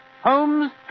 Holmes